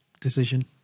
decision